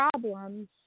problems